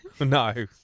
No